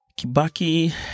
Kibaki